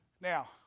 Now